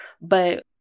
but-